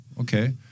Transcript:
Okay